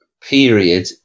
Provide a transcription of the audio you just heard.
period